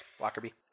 Lockerbie